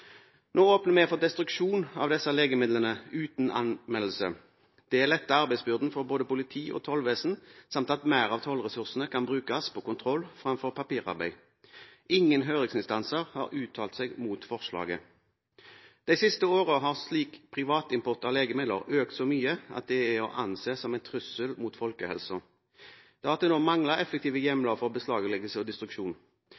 Nå åpner vi for destruksjon av disse legemidlene uten anmeldelse. Det letter arbeidsbyrden for både politi og tollvesen samt gjør at mer av tollressursene kan brukes på kontroll fremfor papirarbeid. Ingen høringsinstanser har uttalt seg mot forslaget. De siste årene har slik privatimport av legemidler økt så mye at det er å anse som en trussel mot folkehelsen. Det har til nå manglet effektive